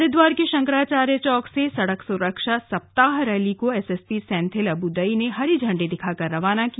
हरिद्वार के शंकराचार्य चौक से सड़क सुरक्षा सप्ताह रैली को एसएसपी सेंथिल अबुदई ने हरी झंडी दिखाकर रवाना किया